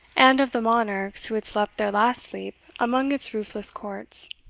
and of the monarchs who had slept their last sleep among its roofless courts.